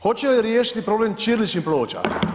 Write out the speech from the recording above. Hoće li riješiti problem ćiriličnih ploča?